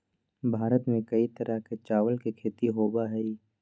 भारत में कई तरह के चावल के खेती होबा हई